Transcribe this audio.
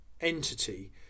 entity